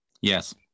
Yes